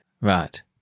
Right